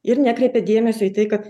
ir nekreipia dėmesio į tai kad